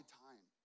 time